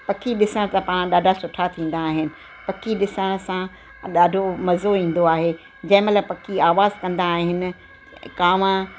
पखी ॾिसण त पाण ॾाढा सुठा थींदा आहिनि पखी ॾिसण सां ॾाढो मज़ो ईंदो आहे जंहिं महिल पखी आवाज़ु कंदा आहिनि कांव